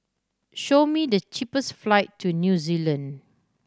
show me the cheapest flight to New Zealand